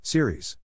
Series